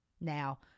Now